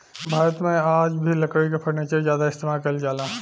भारत मे आ भी लकड़ी के फर्नीचर ज्यादा इस्तेमाल कईल जाला